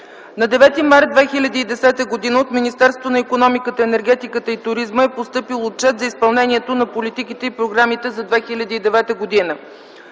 На 9 март 2010 г. от Министерството на икономиката, енергетиката и туризма е постъпил Отчет за изпълнението на политиките и програмите за 2009 г.